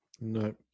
No